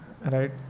right